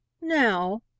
Now